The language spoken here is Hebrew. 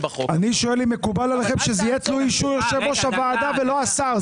אני שואל אם מקובל עליכם שזה יהיה תלוי אישור יושב ראש הוועדה ולא השר.